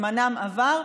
זמנם עבר,